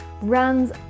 runs